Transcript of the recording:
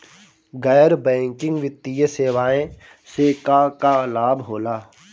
गैर बैंकिंग वित्तीय सेवाएं से का का लाभ होला?